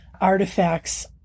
artifacts